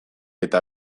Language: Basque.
eta